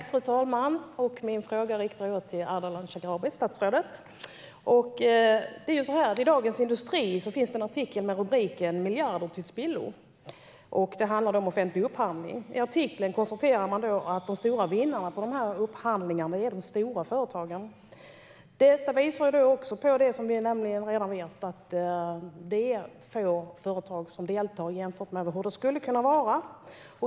Fru talman! Jag riktar min fråga till statsrådet Ardalan Shekarabi. I Dagens Industri finns en artikel med rubriken "Miljarder till spillo". Artikeln handlar om offentlig upphandling. I artikeln konstaterar man att de stora vinnarna i upphandlingarna är de stora företagen. Detta visar på det vi redan vet, nämligen att det är få företag som deltar i upphandlingar jämfört med hur det skulle kunna vara.